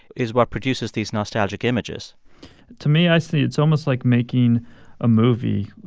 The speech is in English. is what produces these nostalgic images to me, i see it's almost like making a movie.